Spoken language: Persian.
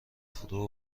فرو